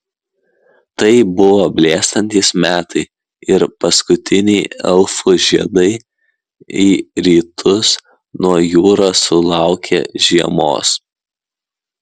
tai buvo blėstantys metai ir paskutiniai elfų žiedai į rytus nuo jūros sulaukė žiemos